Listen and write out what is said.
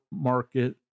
market